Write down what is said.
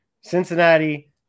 Cincinnati